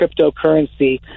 cryptocurrency